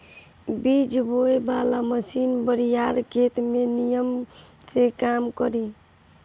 बीज बोवे वाला मशीन बड़ियार खेत में निमन से काम करी